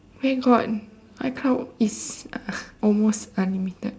where got icloud is almost unlimited